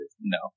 No